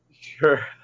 Sure